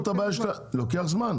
לוקח זמן.